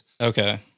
Okay